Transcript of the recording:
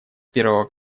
первого